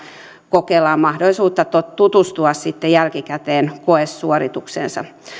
kokelaan mahdollisuutta tutustua sitten jälkikäteen koesuoritukseensa